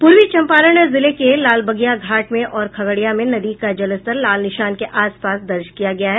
पूर्वी चंपारण जिले के लालबगिया घाट में और खगड़िया में नदी का जलस्तर लाल निशान के आसपास दर्ज किया गया है